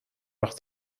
وقت